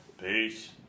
Peace